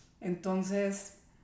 Entonces